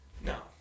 No